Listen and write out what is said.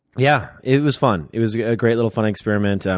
yeah. it was fun. it was a great little fun experiment. and